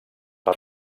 les